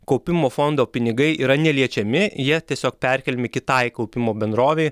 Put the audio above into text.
kaupimo fondo pinigai yra neliečiami jie tiesiog perkeliami kitai kaupimo bendrovei